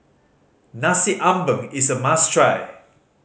Nasi Ambeng is a must try